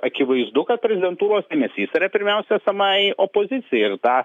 akivaizdu kad prezidentūros dėmesys yra pirmiausia esamai opozicijai ir tą